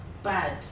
bad